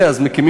אני ותיק כאן,